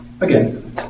Again